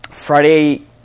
Friday